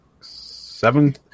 seven